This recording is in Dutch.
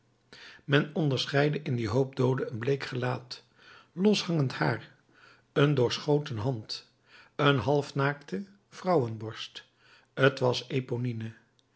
men onderscheidde in dien hoop dooden een bleek gelaat loshangend haar een doorschoten hand en een halfnaakte vrouwenborst t was